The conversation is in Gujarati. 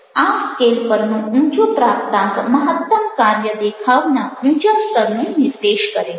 આ સ્કેલ પરનો ઊંચો પ્રાપ્તાંક મહત્તમ કાર્ય દેખાવના ઊંચા સ્તરનો નિર્દેશ કરે છે